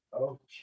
Okay